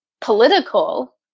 political